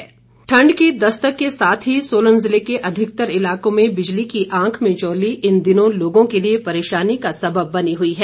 बिजली ठंड की दस्तक के साथ ही सोलन जिले के अधिकतर इलाकों में बिजली की आंख मिचौली इन दिनों लोगों के लिए परेशानी का सबब बनी हुई है